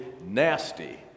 nasty